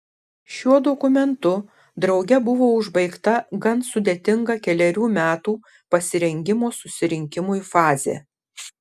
šiuo dokumentu drauge buvo užbaigta gan sudėtinga kelerių metų pasirengimo susirinkimui fazė